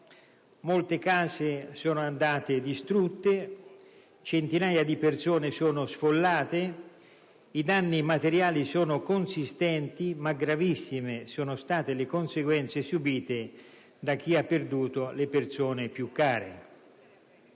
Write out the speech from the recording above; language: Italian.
Molte case sono andate distrutte, centinaia di persone sono sfollate, i danni materiali sono consistenti, ma gravissime sono state le conseguenze subite da chi ha perduto le persone più care.